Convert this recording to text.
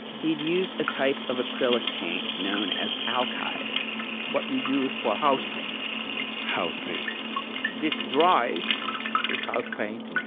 he'd used a type of acrylic paint known as alkyd what you use for house paint house paint this dries, this house paint, and